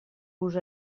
gust